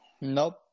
Nope